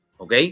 Ok